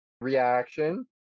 reaction